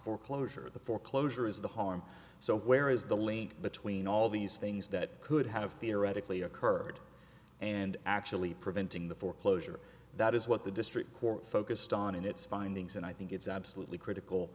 foreclosure the foreclosure is the harm so where is the link between all these things that could have theoretically occurred and actually preventing the foreclosure that is what the district court focused on in its findings and i think it's absolutely critical